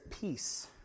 peace